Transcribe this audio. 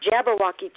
jabberwocky